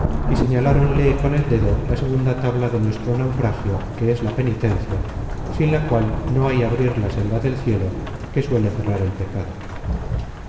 y señaláronle con el dedo la segunda tabla de nuestro naufragio que es la penitencia sin la cual no hay abrir la senda del cielo que suele cerrar el pecado